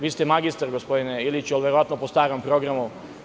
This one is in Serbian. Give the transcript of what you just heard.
Vi ste magistar, gospodine Iliću, ali verovatno po starom programu.